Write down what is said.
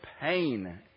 pain